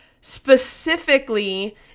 specifically